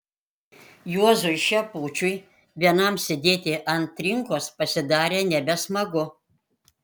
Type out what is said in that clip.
juozui šepučiui vienam sėdėti ant trinkos pasidarė nebesmagu